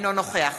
אינו נוכח